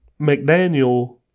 McDaniel